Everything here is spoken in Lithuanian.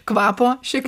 kvapo šiek